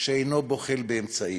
הוא אינו בוחל באמצעים.